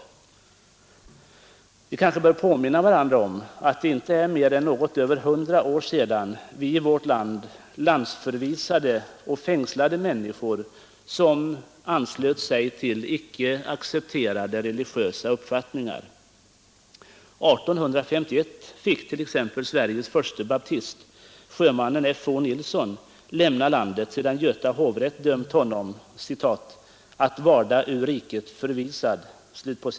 Vi bör kanske påminna varandra om att det inte är mer än något över hundra år sedan vi i vårt land landsförvisade eller fängslade människor som anslöt sig till icke accepterade religiösa uppfattningar. År 1851 fick t.ex. Sveriges förste baptist, sjömannen F.-O. Nilsson, lämna landet sedan Göta hovrätt dömt honom ”varda ur riket förvisad”.